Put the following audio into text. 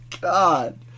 god